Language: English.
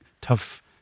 tough